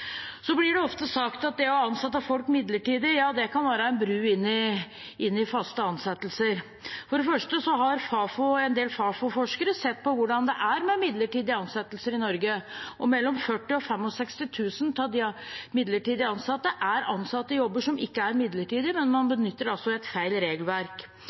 Så blir det ofte sagt at det å ansette folk midlertidig kan være en bro inn i faste ansettelser. For det første har en del Fafo-forskere sett på hvordan det er med midlertidige ansettelser i Norge, og mellom 40 000 og 65 000 av de midlertidig ansatte er ansatt i jobber som ikke er midlertidige, men man benytter et feil regelverk.